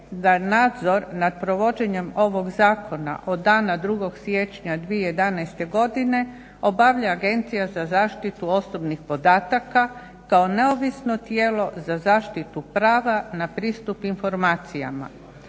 da nadzor nad provođenjem ovog zakona od dana 2. siječnja 2011. godine obavlja Agencija za zaštitu osobnih podataka kao neovisno tijelo za zaštitu prava na pristup informacijama,